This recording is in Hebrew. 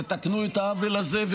תתקנו את העוול הזה.